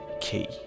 key